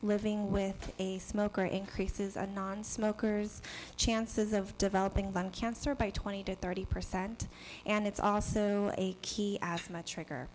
living with a smoker increases a nonsmokers chances of developing lung cancer by twenty to thirty percent and it's also a key from a trigger